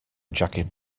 jacket